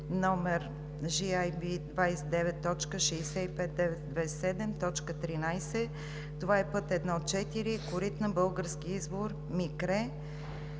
номер GAB 29.65927.13. Това е път I-4 Коритна – Български извор – Микре,